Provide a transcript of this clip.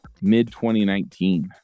mid-2019